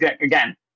again